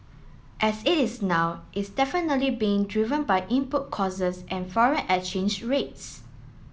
as it is now is definitely being driven by input costs and foreign exchange rates